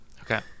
Okay